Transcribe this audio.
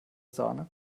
sahne